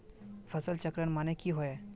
फसल चक्रण माने की होय?